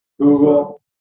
Google